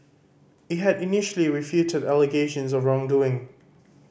it had initially refuted allegations of wrongdoing